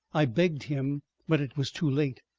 i begged him but it was too late.